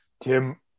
Tim